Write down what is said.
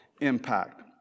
impact